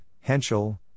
Henschel